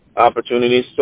opportunities